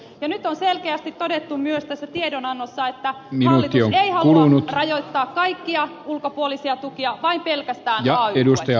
nyt on selkeästi todettu myös tässä tiedonannossa että hallitus ei halua rajoittaa kaikkia ulkopuolisia tukia vaan pelkästään ay tukia